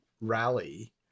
rally